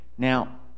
Now